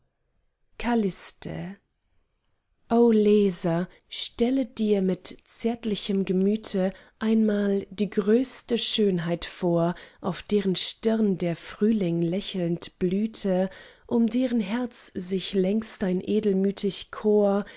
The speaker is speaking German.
o leser stelle dir mit zärtlichem gemüte einmal die größte schönheit vor auf deren stirn der frühling lächelnd blühte um deren herz sich längst ein edelmütig chor